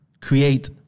create